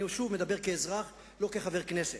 אני מדבר כאזרח, לא כחבר הכנסת.